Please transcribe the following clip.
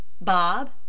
Bob